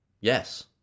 Yes